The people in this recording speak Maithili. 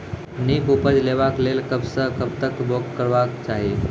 नीक उपज लेवाक लेल कबसअ कब तक बौग करबाक चाही?